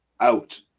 out